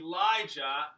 Elijah